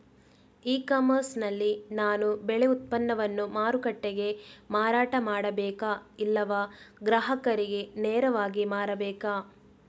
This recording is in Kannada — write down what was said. ಇ ಕಾಮರ್ಸ್ ನಲ್ಲಿ ನಾನು ಬೆಳೆ ಉತ್ಪನ್ನವನ್ನು ಮಾರುಕಟ್ಟೆಗೆ ಮಾರಾಟ ಮಾಡಬೇಕಾ ಇಲ್ಲವಾ ಗ್ರಾಹಕರಿಗೆ ನೇರವಾಗಿ ಮಾರಬೇಕಾ?